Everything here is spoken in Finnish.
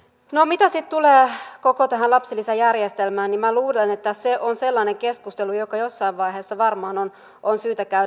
no mitä sitten tulee koko tähän lapsilisäjärjestelmään niin minä luulen että se on sellainen keskustelu joka jossain vaiheessa varmaan on syytä käydä